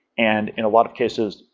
and in a lot of cases,